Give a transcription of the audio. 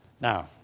Now